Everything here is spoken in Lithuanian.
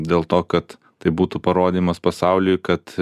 dėl to kad tai būtų parodymas pasauliui kad